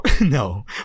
no